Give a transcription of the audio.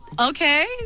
Okay